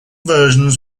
versions